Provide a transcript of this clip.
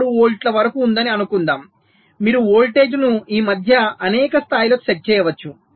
6 వోల్ట్ల వరకు ఉందని అనుకుందాం మీరు వోల్టేజ్ను ఈ మధ్య అనేక స్థాయిలకు సెట్ చేయవచ్చు